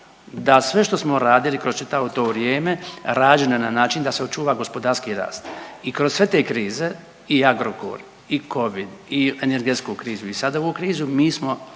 da sve što smo radili kroz čitavo to vrijeme rađeno je na način da se očuva gospodarski rast i kroz sve te krize i Agrokor, i covid, i energetsku krizu i sada ovu krizu mi smo